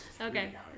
Okay